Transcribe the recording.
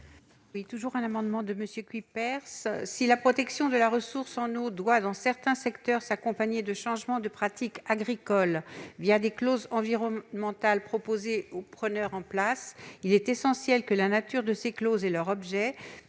présenter l'amendement n° 171 rectifié Si la protection de la ressource en eau doit, dans certains secteurs, s'accompagner de changements de pratiques agricoles des clauses environnementales proposées au preneur en place, il est essentiel que la nature de ces clauses et leur objet